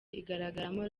igaragaramo